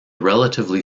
relatively